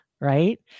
right